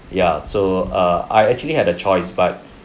ya so err I actually had a choice but